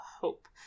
hope